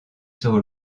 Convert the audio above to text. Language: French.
sur